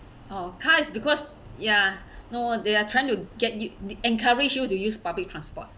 orh car is because ya no they are trying to get you they encourage you to use public transport